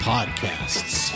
Podcasts